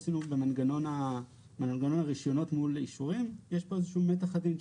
במנגנון הרישיונות מול האישורים יש פה איזה שהוא מתח עדין.